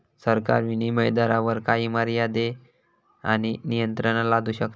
सरकार विनीमय दरावर काही मर्यादे आणि नियंत्रणा लादू शकता